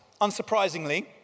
unsurprisingly